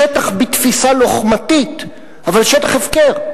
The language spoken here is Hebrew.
שטח בתפיסה לוחמתית אבל שטח הפקר.